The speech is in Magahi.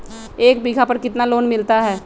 एक बीघा पर कितना लोन मिलता है?